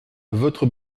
votre